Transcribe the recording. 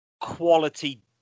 quality